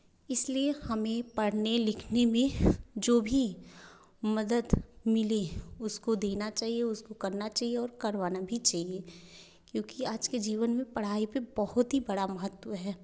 इसलिए हमें पढ़ने लिखने में जो भी मदद मिली है उसको देना चाहिए उसको करना चाहिए और करवाना भी चाहिए क्योंकि आज के जीवन में पढ़ाई पर बहुत ही बड़ा महत्व है